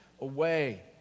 away